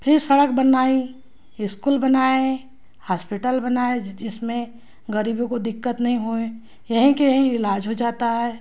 फिर सड़क बनाई इस्कूल बनाए हॉस्पिटल बनाए जिसमें गरीबों को दिक्कत नहीं होए यहीं के यहीं इलाज़ हो जाता है